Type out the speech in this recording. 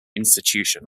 institution